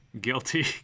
Guilty